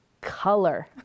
color